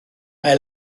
mae